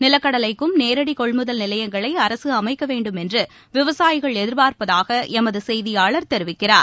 நிலக்கடலைக்கும் நேரடிகொள்முதல் நிலையங்களைஅரசுஅமைக்கவேண்டும் என்றுவிவசாயிகள் எதிர்பார்ப்பதாகஎமதுசெய்தியாளர் தெரிவிக்கிறார்